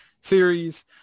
series